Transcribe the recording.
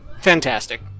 fantastic